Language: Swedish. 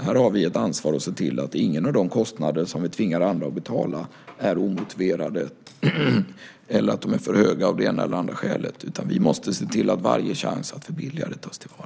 Här har vi ett ansvar att se till att ingen av de kostnader som vi tvingar andra att betala är omotiverade eller för höga av det ena eller det andra skälet. Vi måste se till att varje chans att förbilliga detta tas till vara.